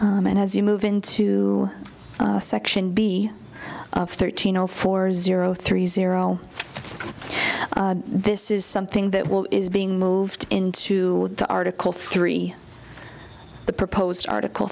and as you move into section b thirteen zero four zero three zero this is something that will is being moved into the article three the proposed article